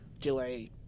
delay